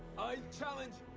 i challenge